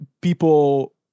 people